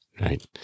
right